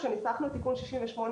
כשניסחנו את תיקון 68,